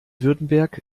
württemberg